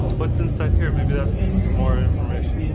but what's inside here, maybe that's more information